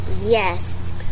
Yes